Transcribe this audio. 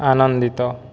ଆନନ୍ଦିତ